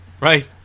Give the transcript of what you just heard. Right